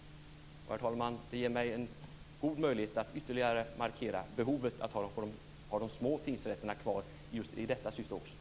Herr talman! Det ger mig god möjlighet att ytterligare markera behovet av att ha de små tingsrätterna kvar just i detta syfte också.